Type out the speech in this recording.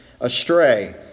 astray